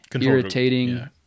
irritating